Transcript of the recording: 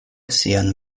sian